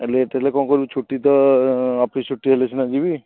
ଏ late ହେଲେ କ'ଣ କରିବୁ ଛୁଟି ତ ଅଫିସ୍ ଛୁଟି ହେଲେ ସିନା ଯିବି